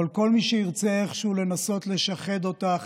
אבל כל מי שירצה איכשהו לנסות לשחד אותך,